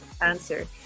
answer